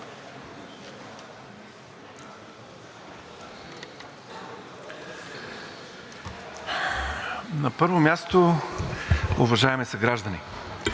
На първо място, уважаеми съграждани,